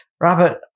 Robert